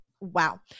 Wow